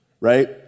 right